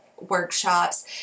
workshops